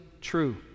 true